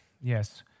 Yes